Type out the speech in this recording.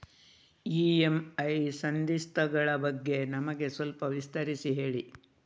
EMI ಸಂಧಿಸ್ತ ಗಳ ಬಗ್ಗೆ ನಮಗೆ ಸ್ವಲ್ಪ ವಿಸ್ತರಿಸಿ ಹೇಳಿ